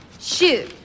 shoot